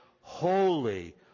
holy